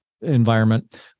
environment